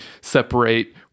separate